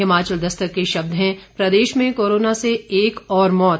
हिमाचल दस्तक के शब्द है प्रदेश में कोरोना से एक और मौत